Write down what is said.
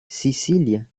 sicilia